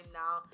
now